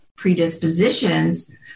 predispositions